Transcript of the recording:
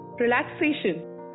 Relaxation